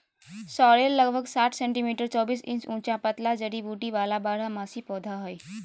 sorrel लगभग साठ centimetre चौबीस इंच ऊंचा पतला जड़ी बूटी वाला बारहमासी पौधा हइ